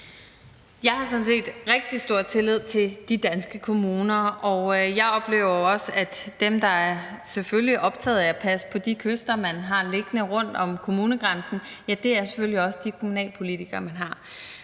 Jeg har sådan set rigtig stor tillid til de danske kommuner, og jeg oplever også, at dem, der selvfølgelig er optaget af at passe på de kyster, man har liggende rundt om kommunegrænsen, selvfølgelig er de kommunalpolitikere, man har.